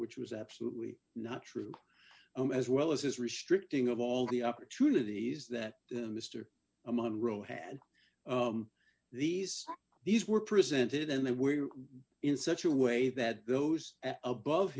which was absolutely not true as well as his restricting of all the opportunities that mr amano row had these these were presented and they were in such a way that those above